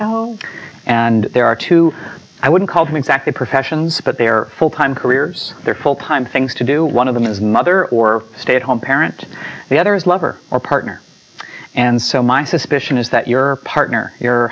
oh and there are two i wouldn't call them exactly professions but they are full time career there full time things to do one of them is mother or stay at home parent the other is lover or partner and so my suspicion is that your partner your